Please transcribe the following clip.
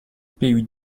pays